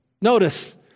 Notice